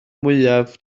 mwyaf